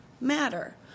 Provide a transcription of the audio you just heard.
matter